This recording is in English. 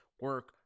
Work